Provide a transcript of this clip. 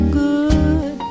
good